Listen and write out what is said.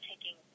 taking